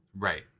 Right